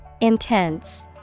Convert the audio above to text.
Intense